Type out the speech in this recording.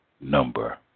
number